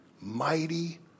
mighty